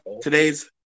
today's